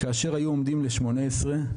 כאשר היו עומדים לשמונה עשרה,